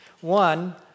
One